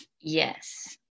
Yes